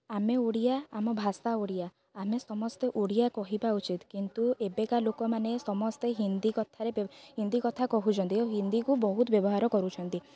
ଆମେ ଓଡ଼ିଆ ଆମ ଭାଷା ଓଡ଼ିଆ ଆମେ ସମସ୍ତେ ଓଡ଼ିଆ କହିବା ଉଚିତ୍ କିନ୍ତୁ ଏବେକା ଲୋକମାନେ ସମସ୍ତେ ହିନ୍ଦୀ କଥାରେ ହିନ୍ଦୀ କଥା କହୁଛନ୍ତି ଓ ହିନ୍ଦୀକୁ ବହୁତ ବ୍ୟବହାର କରୁଛନ୍ତି